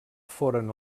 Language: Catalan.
foren